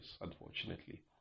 unfortunately